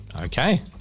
Okay